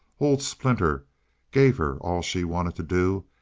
old splinter gave her all she wanted to do,